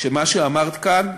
שמה שאמרת כאן,